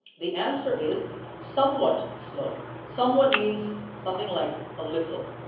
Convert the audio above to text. the answer is somewhat slowly. somewhat means something like a little.